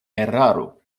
eraro